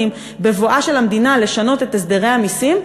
בבוא המדינה לשנות את הסדרי המסים?